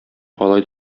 алай